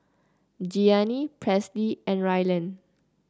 Gianni Presley and Ryland